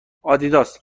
آدیداس